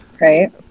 Right